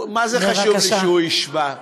מה זה חשוב לי שהוא ישמע.